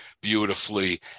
beautifully